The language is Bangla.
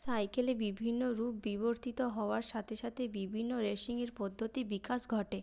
সাইকেলে বিভিন্ন রূপ বিবর্তিত হওয়ার সাথে সাথে বিভিন্ন রেসিংয়ের পদ্ধতি বিকাশ ঘটে